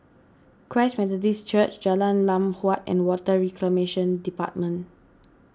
Christ Methodist Church Jalan Lam Huat and Water Reclamation Department